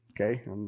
Okay